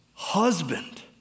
husband